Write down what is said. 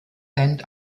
band